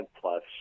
plus